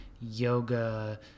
yoga